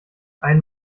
ein